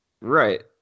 right